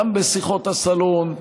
גם בשיחות הסלון,